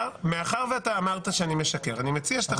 מאחר שאמרת שאני משקר, אני מציע שתחזור בך.